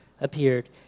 appeared